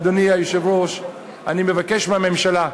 אדוני היושב-ראש, אני מבקש מהממשלה: